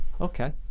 okay